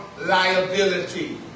liability